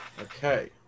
Okay